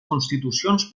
constitucions